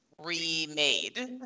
Remade